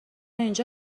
اینجا